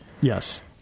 Yes